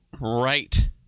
right